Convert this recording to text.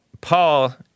Paul